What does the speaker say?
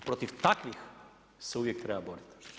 Protiv takvih se uvijek treba boriti.